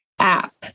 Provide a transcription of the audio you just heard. app